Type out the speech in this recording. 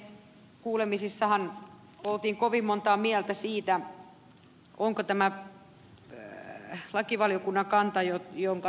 kuulemisissahan oltiin kovin montaa mieltä siitä onko tämä lakivaliokunnan kanta jonka ed